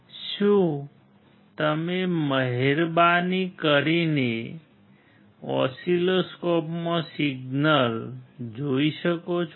શું તમે મહેરબાની કરીને ઓસિલોસ્કોપમાં સિગ્નલ જોઈ શકો છો